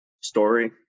story